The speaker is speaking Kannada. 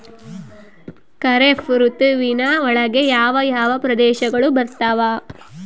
ಖಾರೇಫ್ ಋತುವಿನ ಒಳಗೆ ಯಾವ ಯಾವ ಪ್ರದೇಶಗಳು ಬರ್ತಾವ?